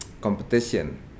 competition